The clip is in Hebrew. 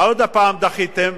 עוד הפעם דחיתם,